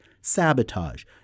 sabotage